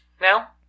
now